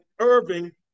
Irving